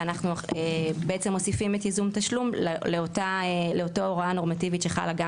ואנחנו בעצם מוסיפים את ייזום תשלום לאותה הוראה נורמטיבית שחלה גם